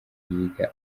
yiga